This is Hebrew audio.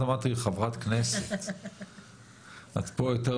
מגברת מרב